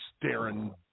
staring